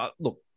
look